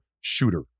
shooter